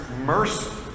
mercy